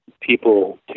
people